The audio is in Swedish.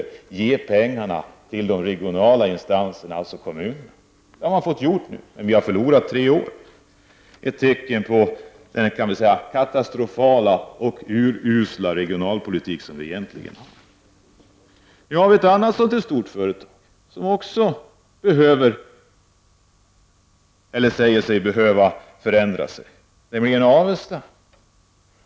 Vi sade: Ge pengarna till de regionala instanserna, alltså kommunerna! Det har man fått göra nu, men vi har förlorat tre år. Det är ett tecken på den katastrofala och urusla regionalpolitik som förs. Ett annat stort företag som säger sig behöva förändras är Avesta.